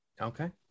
Okay